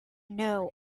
know